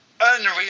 unreal